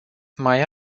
mai